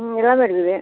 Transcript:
ம் எல்லாமே இருக்குது